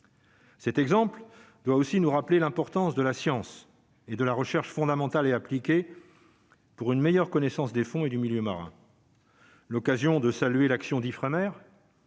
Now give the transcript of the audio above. Cet exemple doit aussi nous rappeler l'importance de la science et de la recherche fondamentale et appliquée pour une meilleure connaissance des fonds et du milieu marin. L'occasion de saluer l'action d'Ifremer,